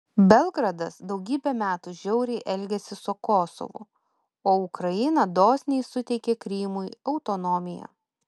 belgradas daugybę metų žiauriai elgėsi su kosovu o ukraina dosniai suteikė krymui autonomiją